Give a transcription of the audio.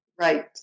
right